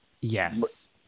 yes